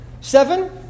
Seven